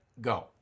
go